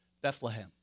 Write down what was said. Bethlehem